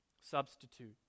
substitute